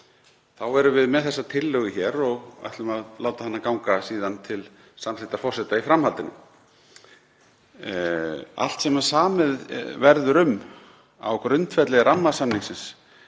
þá erum við með þessa tillögu hér og ætlum að láta hana síðan ganga til samþykktar forseta í framhaldinu. Allt sem samið verður um á grundvelli rammasamningsins